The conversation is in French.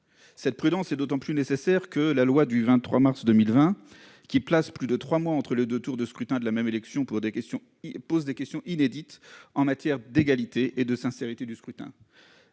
cette dernière étant d'autant plus nécessaire que la loi du 23 mars 2020, qui ne prévoit pas plus de trois mois entre les deux tours de scrutin de la même élection, pose des questions inédites en matière d'égalité et de sincérité du scrutin